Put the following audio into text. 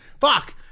Fuck